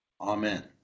Amen